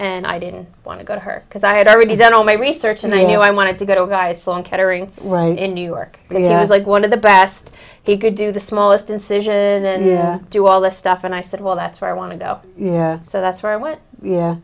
and i didn't want to go to her because i had already done all my research and i knew i wanted to go to guide sloan kettering right in new york you know i was like one of the best he could do the smallest incision do all this stuff and i said well that's where i want to go so that's where i went yeah